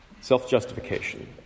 Self-justification